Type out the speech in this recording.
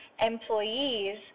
employees